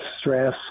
stress